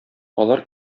алар